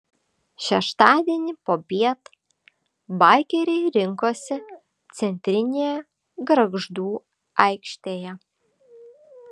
šeštadienį popiet baikeriai rinkosi centrinėje gargždų aikštėje